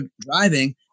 driving